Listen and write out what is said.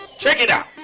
check it out.